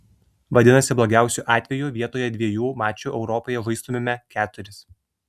vadinasi blogiausiu atveju vietoje dviejų mačų europoje žaistumėme keturis